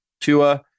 Tua